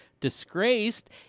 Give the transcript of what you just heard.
*Disgraced*